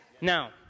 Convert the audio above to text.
Now